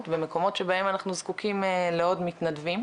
במקומות שבהם אנחנו זקוקים לעוד מתנדבים.